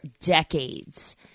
decades